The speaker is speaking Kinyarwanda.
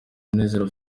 munezero